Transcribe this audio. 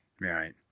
Right